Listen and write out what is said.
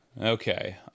Okay